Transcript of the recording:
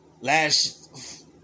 Last